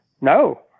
no